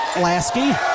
Lasky